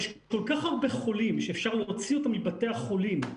יש כל כך הרבה חולים שאפשר להוציא אותם מבתי החולים,